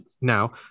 now